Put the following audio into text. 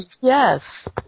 Yes